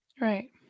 right